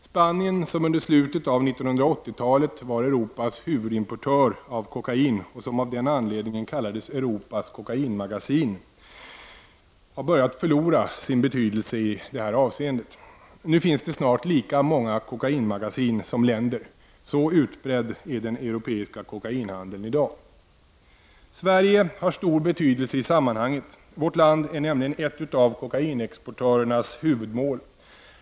Spanien, som under slutet av 1980-talet var Europas huvudimportör av kokain och som av den anledningen kallades ”Europas kokainmagasin”, har börjat förlora sin betydelse i detta avseende. Nu finns det snart lika många kokainmagasin som länder. Så utbredd är den europeiska kokainhandeln i dag. Sverige har stor betydelse i sammanhanget. Vårt land är nämligen ett av kokainexportörernas huvudmål.